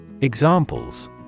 Examples